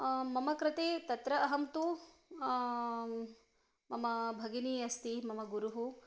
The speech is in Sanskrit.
मम कृते तत्र अहं तु मम भगिनी अस्ति मम गुरुः